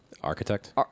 Architect